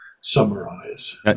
summarize